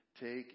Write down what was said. take